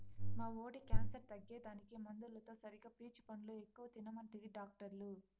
మా వోడి క్యాన్సర్ తగ్గేదానికి మందులతో సరిగా పీచు పండ్లు ఎక్కువ తినమంటిరి డాక్టర్లు